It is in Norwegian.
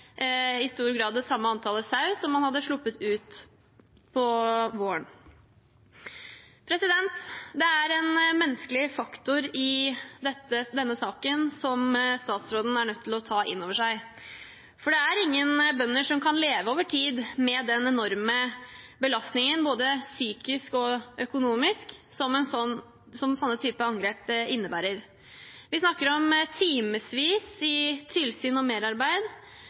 i stor grad det samme antallet sau som man hadde sluppet ut på våren. Det er en menneskelig faktor i denne saken som statsråden er nødt til å ta innover seg, for det er ingen bønder som kan leve over tid med den enorme belastningen, både psykisk og økonomisk, som slike typer angrep innebærer. Vi snakker om timevis av tilsyn og merarbeid,